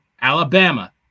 Alabama